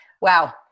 Wow